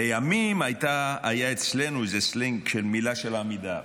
לימים היה אצלנו איזה סלנג: "מילה של עמידר".